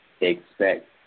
expect